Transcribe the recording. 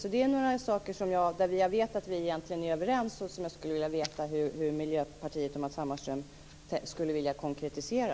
Detta var några frågor som jag vet att vi egentligen är överens om och som jag skulle vilja veta hur Miljöpartiet och Matz Hammarström skulle vilja konkretisera.